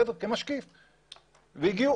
הגיעו